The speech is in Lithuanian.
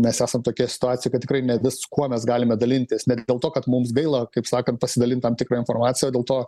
mes esam tokioj situacijoj kad tikrai ne viskuo mes galime dalintis ne tik dėl to kad mums gaila kaip sakant pasidalint tam tikra informacija o dėl to